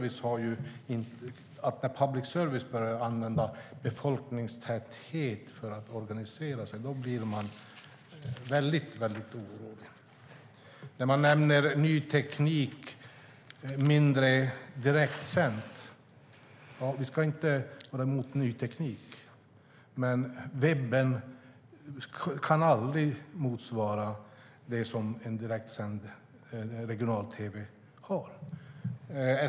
Men när public service börjar använda befolkningstäthet för att organisera sig blir man mycket orolig. Det talas om ny teknik och mindre som är direktsänt. Vi ska inte vara emot ny teknik. Men webben kan aldrig motsvara det som direktsänd regional-tv har.